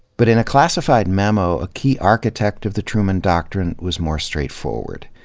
but in a classified memo, a key architect of the truman doctrine was more straightforward.